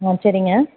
ஆ சரிங்க